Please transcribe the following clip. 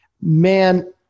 man